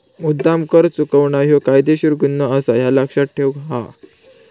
मुद्द्दाम कर चुकवणा ह्यो कायदेशीर गुन्हो आसा, ह्या लक्ष्यात ठेव हां